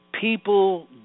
people